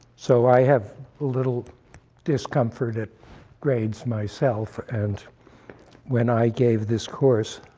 so i have a little discomfort at grades myself. and when i gave this course